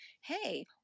Hey